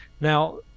Now